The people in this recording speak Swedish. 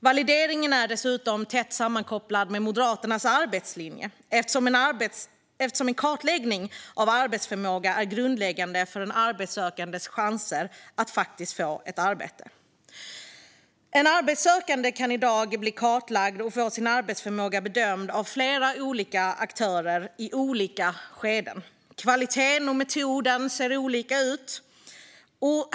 Valideringen är dessutom tätt sammankopplad med Moderaternas arbetslinje, eftersom en kartläggning av arbetsförmåga är grundläggande för en arbetssökandes chanser att faktiskt få ett arbete. En arbetssökande kan i dag bli kartlagd och få sin arbetsförmåga bedömd av flera olika aktörer i olika skeden. Kvaliteten och metoderna ser olika ut.